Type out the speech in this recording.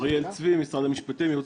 הוא הבעייתי.